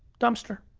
dumpster.